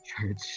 church